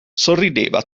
sorrideva